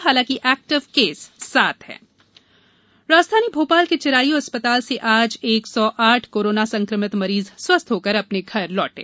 हालांकि active case सात हैं कोरोना स्वस्थ राजधानी भोपाल के चिरायु अस्पताल से आज एक सौ आठ कोरोना संक्रमित मरीज स्वस्थ होकर अपने घर लौटे